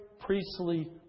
priestly